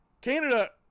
Canada